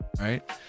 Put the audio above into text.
Right